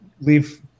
leave